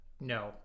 no